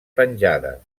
penjada